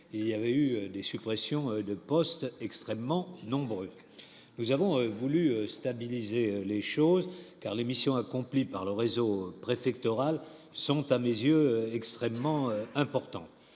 il y a eu des suppressions de postes extrêmement nombreux, nous avons voulu stabiliser les choses car les missions accomplies par le réseau préfectoral sont à mes yeux, extrêmement important,